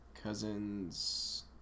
Cousins